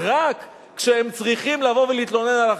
רק כשהם צריכים לבוא ולהתלונן על החרדים.